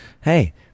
hey